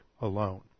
alone